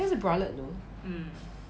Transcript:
那个是 bralette though